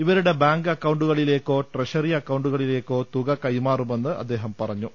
ഇവ രുടെ ബാങ്ക് അക്കൌണ്ടുകളിലേക്കോ ട്രഷറി അക്കൌണ്ടുകളി ലേക്കോ തുക കൈമാറുമെന്ന് അദ്ദേഹം പറഞ്ഞു